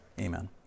amen